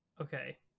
Okay